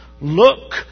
Look